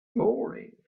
boring